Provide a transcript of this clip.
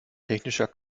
technischer